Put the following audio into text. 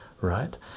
right